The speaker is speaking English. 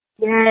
Yes